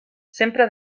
sempre